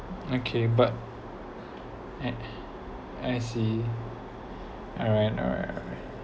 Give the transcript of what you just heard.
okay but I I see alright alright alright